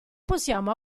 possiamo